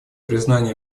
признание